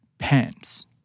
Pants